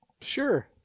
sure